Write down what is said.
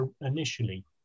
initially